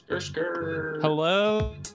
Hello